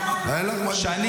הרמטכ"ל --- אני,